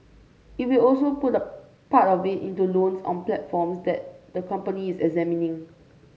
it will also put a part of it into loans on platforms that the company is examining